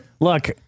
Look